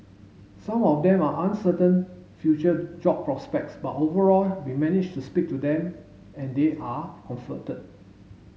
some of them are uncertain future job prospects but overall we managed to speak to them and they are comforted